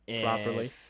Properly